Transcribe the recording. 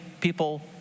people